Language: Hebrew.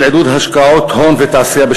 חוק של עידוד השקעות הון בתעשייה,